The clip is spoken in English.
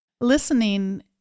Listening